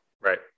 Right